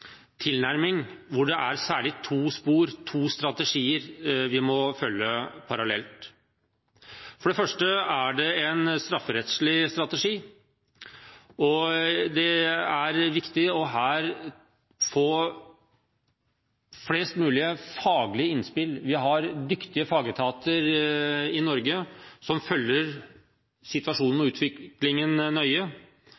tilnærming, hvor det særlig er to spor, to strategier, vi må følge parallelt. For det første er det en strafferettslig strategi. Det er viktig å få flest mulig faglige innspill. Vi har dyktige fagetater i Norge som følger situasjonen